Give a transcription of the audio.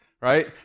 right